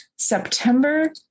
September